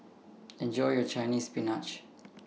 Enjoy your Chinese Spinach